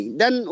dan